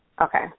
okay